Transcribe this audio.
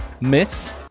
Miss